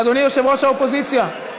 אדוני יושב-ראש האופוזיציה.